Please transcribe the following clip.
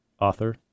author